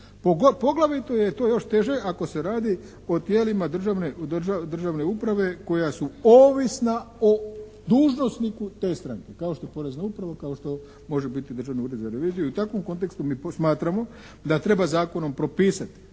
Poglavito je to još teže ako se radi o tijelima državne uprave koja su ovisna o dužnosniku te stranke kao što je porezna uprava, kao što može biti Državni ured za reviziju i u takvom kontekstu mi smatramo da treba zakonom propisati